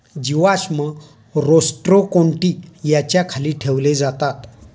जीवाश्म रोस्ट्रोकोन्टि याच्या खाली ठेवले जातात